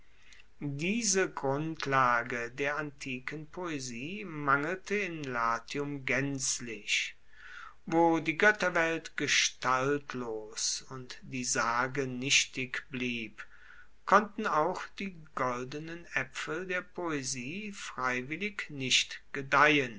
diese grundlage der antiken poesie mangelte in latium gaenzlich wo die goetterwelt gestaltlos und die sage nichtig blieb konnten auch die goldenen aepfel der poesie freiwillig nicht gedeihen